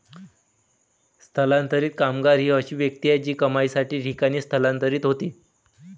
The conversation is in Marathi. स्थलांतरित कामगार ही अशी व्यक्ती आहे जी कमाईसाठी ठिकाणी स्थलांतरित होते